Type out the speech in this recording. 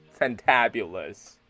fantabulous